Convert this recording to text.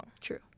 True